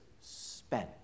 spent